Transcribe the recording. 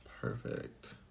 Perfect